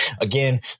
again